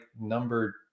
number